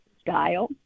style